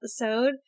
episode